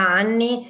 anni